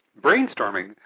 brainstorming